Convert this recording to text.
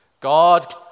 God